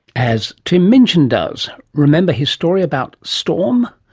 as tim minchin does. remember his story about storm?